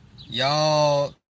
Y'all